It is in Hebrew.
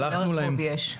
יש.